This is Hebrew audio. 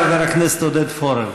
חבר הכנסת עודד פורר.